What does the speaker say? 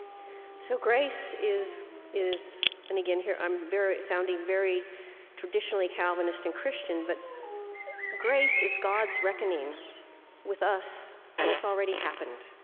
so grace is is and again, here, i'm sounding very traditionally calvinist and christian, but grace is god's reckoning with us, and it's already happened.